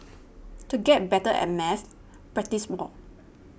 to get better at maths practise more